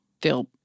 feel